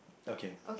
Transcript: okay